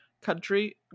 country